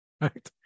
right